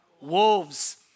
wolves